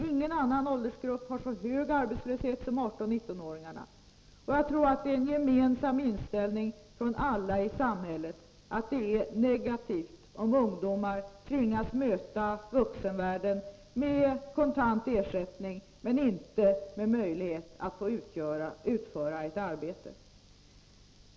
Ingen annan åldersgrupp har så hög arbetslöshet som 18-19-åringarna. Jag tror att det är en gemensam inställning från alla i samhället att det är negativt om ungdomar tvingas möta vuxenvärlden med kontant ersättning men inte med möjlighet att få utföra ett arbete.